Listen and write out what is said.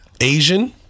Asian